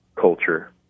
culture